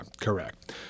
correct